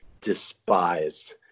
despised